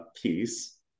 piece